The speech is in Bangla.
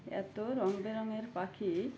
এতো রঙ বেরঙের পাখি